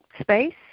space